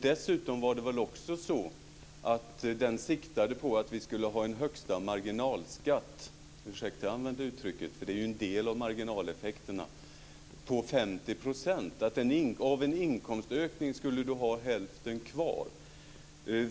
Dessutom var det väl så att den siktade på att vi skulle ha en högsta marginalskatt - ursäkta att jag använder det uttrycket, det är ju en del av marginaleffekterna - på 50 %. Av en inkomstökning skulle man ha hälften kvar.